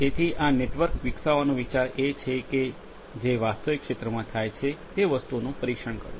તેથી આ નેટવર્ક વિકસાવવાનો વિચાર એ છે કે જે વાસ્તવિક ક્ષેત્રમાં થાય છે તે વસ્તુઓનું પરીક્ષણ કરવું